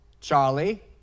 Charlie